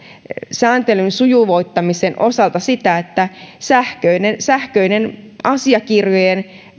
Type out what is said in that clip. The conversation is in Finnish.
sääntelyn sujuvoittamisen osalta sitä että myöskin sähköisten asiakirjojen